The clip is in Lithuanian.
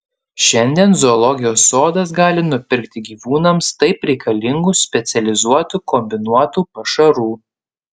šiandien zoologijos sodas gali nupirkti gyvūnams taip reikalingų specializuotų kombinuotų pašarų